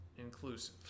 inclusive